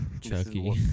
Chucky